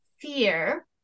fear